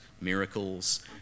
miracles